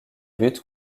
but